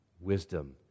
wisdom